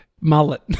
Mullet